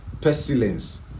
pestilence